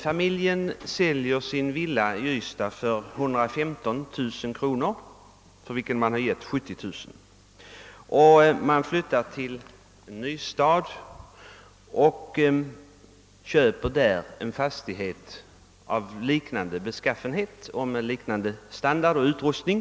Familjen säljer då ystadsvillan för 115 000 kronor och köper en ny fastighet i Eslöv med liknande standard och utrustning.